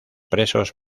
presos